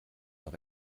noch